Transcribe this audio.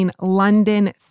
London